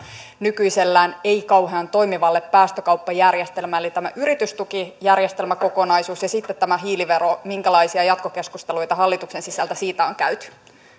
nykyisellään ei kauhean toimivalle päästökauppajärjestelmälle eli yritystukijärjestelmäkokonaisuus ja sitten tämä hiilivero minkälaisia jatkokeskusteluita hallituksen sisällä on käyty